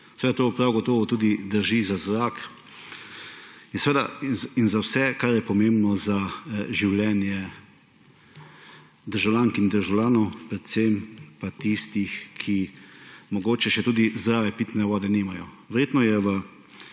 Seveda to prav gotovo tudi drži za zrak in za vse, kar je pomembno za življenje državljank in državljanov, predvsem pa tistih, ki mogoče še tudi zdrave pitne vode nimajo. Verjetno je